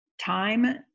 time